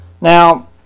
Now